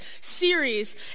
series